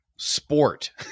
sport